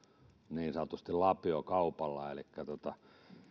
niin sanotusti ihan lapiokaupalla elikkä